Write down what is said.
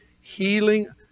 Healing